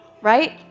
Right